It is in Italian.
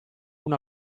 una